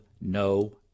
no